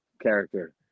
character